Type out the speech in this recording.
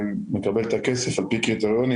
מקבל את הכסף לפי קריטריונים.